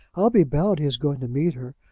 i'll be bound he is going to meet her.